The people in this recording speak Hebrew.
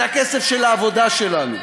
זה הכסף של העבודה שלנו.